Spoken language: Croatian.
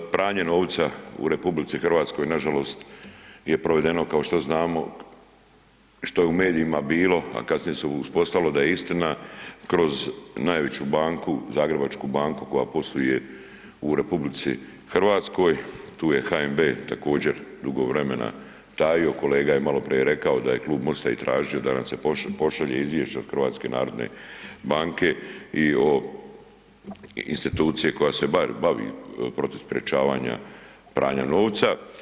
Pranje u RH nažalost je provedeno kao što znamo, što je u medijima bilo, a kasnije se uspostavilo da je istina kroz najveću banku, Zagrebačku banku koja posluje u RH, tu je HNB također dugo vremena tajio, kolega je maloprije rekao da je i Klub MOST-a i tražio da nam se pošalje izvješće od HNB-a i od institucije koja se bavi protiv sprječavanja pranja novca.